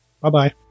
Bye-bye